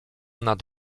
nad